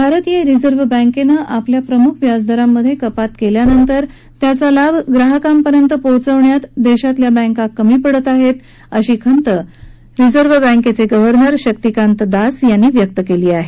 भारतीय रिझर्व्ह बँकेनं आपल्या प्रमुख व्याजदारांमधे कपात केल्यानंतर त्याचा लाभ ग्राहकांपर्यंत पोहोचवण्यामधे देशातल्या बँका कमी पडत आहेत अशी खंत रिझर्व्ह बँकेचे गव्हर्नर शक्तिकांत दास यांनी व्यक्त केली आहे